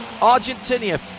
Argentina